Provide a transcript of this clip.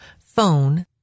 Phone